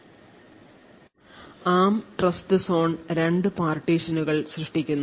ARM TrustZone രണ്ട് പാർട്ടീഷനുകൾ സൃഷ്ടിക്കുന്നു